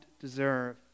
deserve